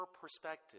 perspective